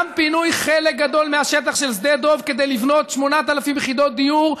גם פינוי חלק גדול מהשטח של שדה דב כדי לבנות 8,000 יחידות דיור,